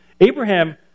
Abraham